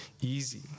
easy